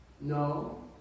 No